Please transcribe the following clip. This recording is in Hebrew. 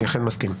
אני אכן מסכים.